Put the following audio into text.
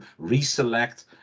reselect